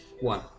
One